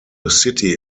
city